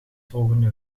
volgende